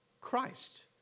Christ